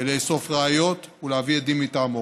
לאסוף ראיות ולהביא עדים מטעמו.